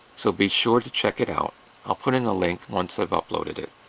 so be sure to check it out i'll put in a link once i've uploaded it.